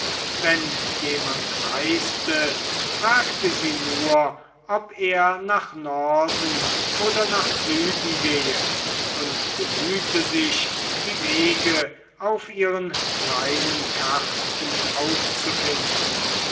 wenn jemand reiste fragte sie nur ob er nach norden oder nach süden gehe und bemühte sich die wege auf ihren kleinen karten aufzufinden